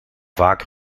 vaak